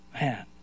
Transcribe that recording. Man